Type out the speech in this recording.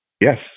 Yes